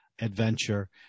adventure